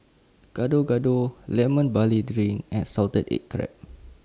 Gado Gado Lemon Barley Drink and Salted Egg Crab